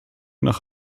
nach